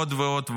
עוד ועוד ועדות,